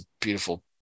Beautiful